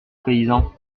paysan